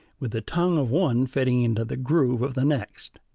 with the tongue of one fitting into the groove of the next.